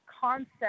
concept